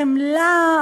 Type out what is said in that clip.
חמלה,